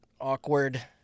awkward